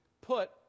put